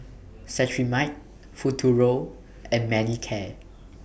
Cetrimide Futuro and Manicare